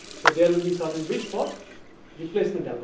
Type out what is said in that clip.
so there will be certain bits for replacement